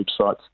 websites